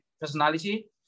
personality